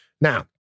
Now